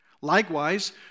Likewise